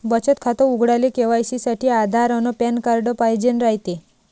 बचत खातं उघडाले के.वाय.सी साठी आधार अन पॅन कार्ड पाइजेन रायते